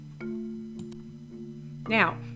Now